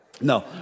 No